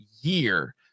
year